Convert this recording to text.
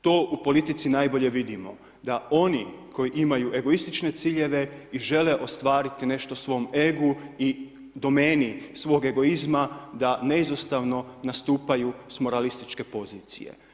To u politici najbolje vidimo da oni koji imaju egoistične ciljeve i žele ostvariti nešto svom egu i domeni svog egoizma da neizostavno nastupaju s moralističke pozicije.